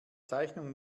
zeichnung